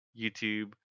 YouTube